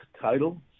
title